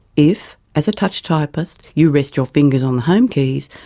if, as a touch typist, you rest your fingers on the home keys,